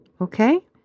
Okay